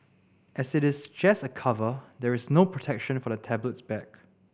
as it is just a cover there is no protection for the tablet's back